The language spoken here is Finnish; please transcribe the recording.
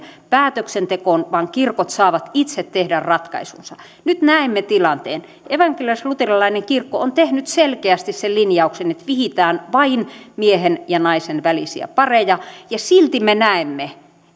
päätöksentekoon vaan kirkot saavat itse tehdä ratkaisunsa nyt näemme tilanteen evankelisluterilainen kirkko on tehnyt selkeästi sen linjauksen että vihitään vain miehen ja naisen välisiä pareja ja silti me näemme